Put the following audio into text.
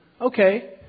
Okay